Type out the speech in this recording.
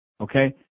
Okay